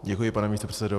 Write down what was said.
Děkuji, pane místopředsedo.